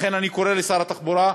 לכן אני קורא לשר התחבורה,